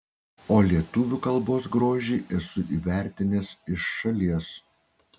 o lietuvių kalbos grožį esu įvertinęs iš šalies